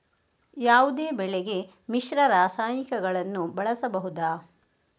ಯಾವುದೇ ಬೆಳೆಗೆ ಮಿಶ್ರ ರಾಸಾಯನಿಕಗಳನ್ನು ಬಳಸಬಹುದಾ?